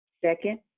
second